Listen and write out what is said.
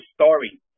story